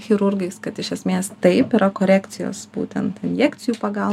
chirurgais kad iš esmės taip yra korekcijos būtent injekcijų pagalba